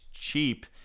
cheap